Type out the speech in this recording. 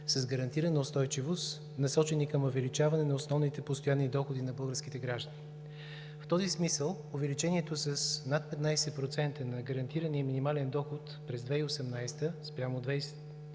с гарантирана устойчивост, насочени към увеличаване на основните и постоянни доходи на българските граждани. В този смисъл увеличението с над 15% на гарантирания минимален доход през 2018 г. спрямо 2017